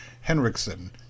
Henriksen